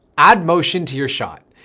add motion to your shot.